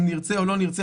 אם נרצה או לא נרצה,